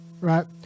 right